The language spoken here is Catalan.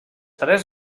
tres